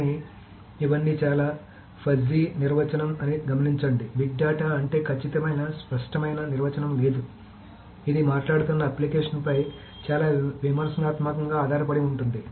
కానీ ఇవన్నీ చాలా ఫజ్జి నిర్వచనం అని గమనించండి బిగ్ డేటా అంటే ఖచ్చితమైన స్ఫుటమైన నిర్వచనం లేదు ఇది మాట్లాడుతున్న అప్లికేషన్పై చాలా విమర్శనాత్మకంగా ఆధారపడి ఉంటుంది